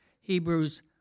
Hebrews